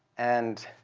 and